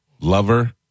lover